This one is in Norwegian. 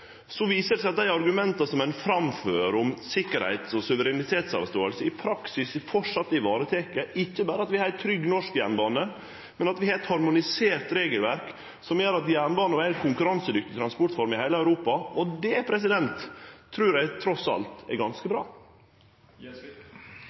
viser det seg at dei argumenta som ein framfører om sikkerheit og suverenitetsavståing, i praksis framleis er varetekne. Ikkje berre har vi ein trygg norsk jernbane, vi har eit harmonisert regelverk som gjer at jernbanen er ei konkurransedyktig transportform i heile Europa. Det trur eg, trass i alt, er ganske